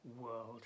world